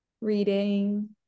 reading